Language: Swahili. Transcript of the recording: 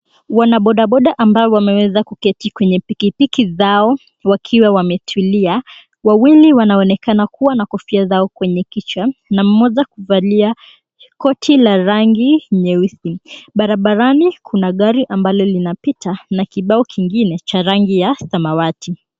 Wanabodaboda ambao wameweza kuketi kwenye pikipiki zao wakiwa wametulia. Wawili wanaonekana kuwa na kofia zao kwenye kichwa na mmoja kuvalia koti la rangi nyeusi. Barabarani kuna gari ambalo linapita na kibao kingine cha rangi ya samawati.